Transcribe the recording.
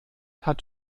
hat